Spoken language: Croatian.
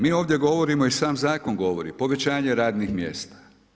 Mi ovdje govorimo i sam zakon govori povećanje radnih mjesta.